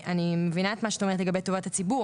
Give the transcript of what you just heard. אני מבינה את מה שאת אומרת לגבי טובת הציבור,